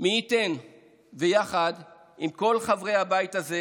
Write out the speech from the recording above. מי ייתן ויחד עם כל חברי הבית הזה